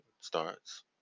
starts